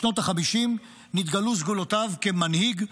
בשנות החמישים נתגלו סגולותיו כמנהיג,